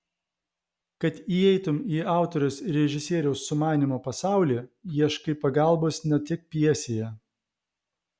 kad įeitumei į autoriaus ir režisieriaus sumanymo pasaulį ieškai pagalbos ne tik pjesėje